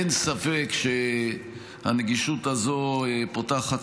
אין ספק שהנגישות הזאת פותחת,